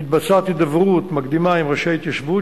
מתבצעת הידברות מקדימה עם ראשי ההתיישבות,